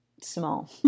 small